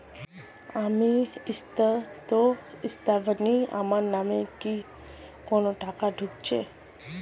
আমি স্রোতস্বিনী, আমার নামে কি কোনো টাকা ঢুকেছে?